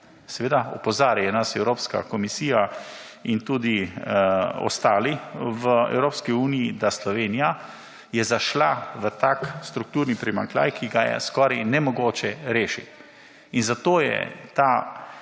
seveda opozarja nas Evropska komisija in tudi ostali v Evropski uniji, da Slovenija je zašla v takšen strukturni primanjkljaj, ki ga je skoraj nemogoče rešiti in zato je ta